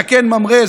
זקן ממרא,